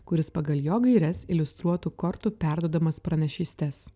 kuris pagal jo gaires iliustruotų kortų perduodamas pranašystės